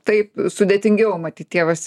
taip sudėtingiau matyt tėvas